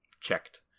checked